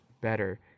better